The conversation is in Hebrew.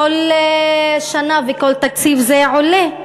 כל שנה וכל תקציב זה עולה.